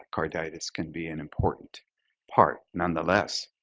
carditis can be an important part. nonetheless,